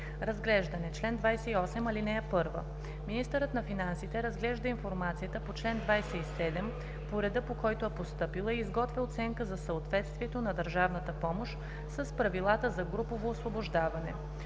„Разглеждане Чл. 28. (1) Министърът на финансите разглежда информацията по чл. 27 по реда, по който е постъпила, и изготвя оценка за съответствието на държавната помощ с правилата за групово освобождаване.